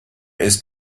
ist